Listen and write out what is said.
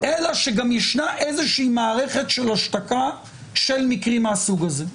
אלא שגם יש איזושהי מערכת של השתקה של מקרים מהסוג הזה.